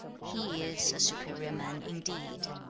he is a superior man indeed